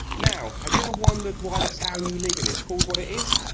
now have you ever wondered why the town you live in is called what it is?